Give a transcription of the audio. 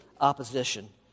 opposition